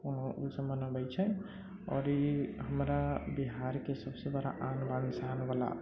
ओसभ मनबै छै आओर ई हमरा बिहारके सभसँ बड़ा आन बान शानवला